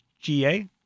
GA